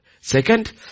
Second